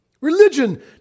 Religion